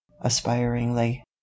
aspiringly